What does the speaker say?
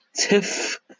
tiff